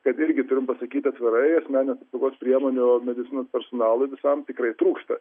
kad irgi turim pasakyt atvirai asmeninių apsaugos priemonių medicinos personalui visam tikrai trūksta